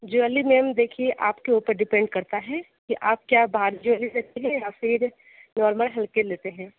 jewellery ma'am देखिए आपके ऊपर डिपेंड करता है कि आप क्या भारी ज्वेलरी रखती हैं या फिर नॉर्मल हल्के लेते हैं